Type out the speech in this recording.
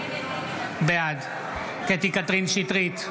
בעד קטי קטרין שטרית,